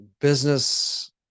Business